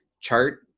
chart